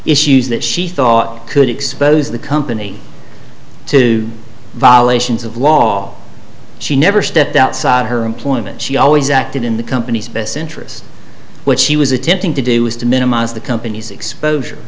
issues that she thought could expose the company to violations of law she never stepped outside her employment she always acted in the company's best interest which she was attempting to do is to minimize the company's exposure